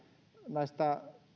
näistä